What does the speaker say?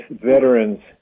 veterans